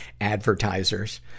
advertisers